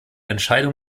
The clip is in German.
entscheidung